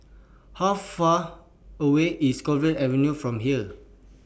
How Far away IS Clover Avenue from here